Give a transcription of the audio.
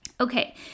okay